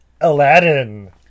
Aladdin